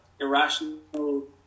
irrational